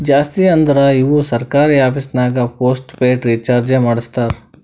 ಜಾಸ್ತಿ ಅಂದುರ್ ಇವು ಸರ್ಕಾರಿ ಆಫೀಸ್ನಾಗ್ ಪೋಸ್ಟ್ ಪೇಯ್ಡ್ ರೀಚಾರ್ಜೆ ಮಾಡಸ್ತಾರ